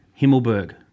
Himmelberg